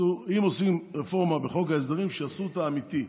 אם עושים רפורמה בחוק ההסדרים, שיעשו אותה אמיתית.